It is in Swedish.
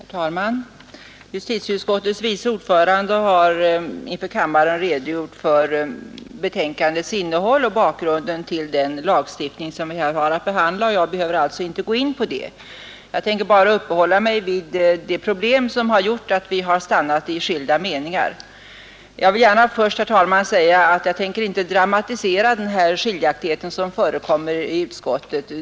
Herr talman! Justitieutskottets vice ordförande har inför kammaren redogjort för betänkandets innehåll och bakgrunden till den lagstiftning som vi här har att behandla, och jag behöver alltså inte gå in på det. Jag tänker bara uppehålla mig vid det problem som har gjort att vi stannat i skilda meningar. Jag vill gärna först, herr talman, säga att jag tänker inte dramatisera den skiljaktighet som förekommit i utskottet.